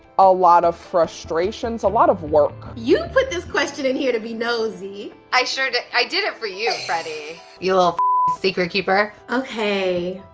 a lot of frustrations, a lot of work. you put this question in here to be nosy. i sure did, i did it for you, freddie. you little secret keeper. okay,